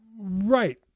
Right